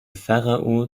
pharao